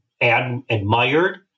admired